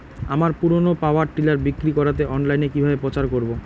আমার পুরনো power tiller বিক্রি করাতে অনলাইনে কিভাবে প্রচার করব?